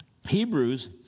Hebrews